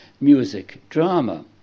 music-drama